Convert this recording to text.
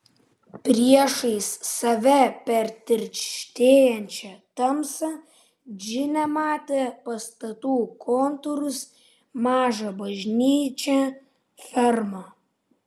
priešais save per tirštėjančią tamsą džinė matė pastatų kontūrus mažą bažnyčią fermą